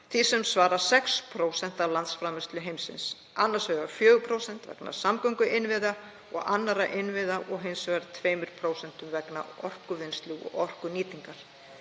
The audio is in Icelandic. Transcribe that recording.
því sem samsvarar 6% af landsframleiðslu heimsins, annars vegar 4,0% vegna samgönguinnviða og annara innviða og hins vegar 2,0% vegna orkuvinnslu og orkunýtingar.